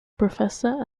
professor